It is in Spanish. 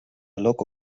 loco